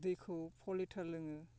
दैखौ फर लिटार लोङो